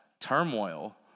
turmoil